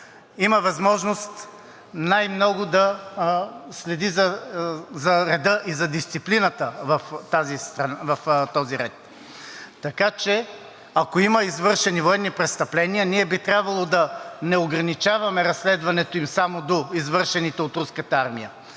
има възможност най-много да следи за реда и за дисциплината в този ред. Така че ако има извършени военни престъпления, ние би трябвало да не ограничаваме разследването им само до извършените от Руската армия.